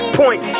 point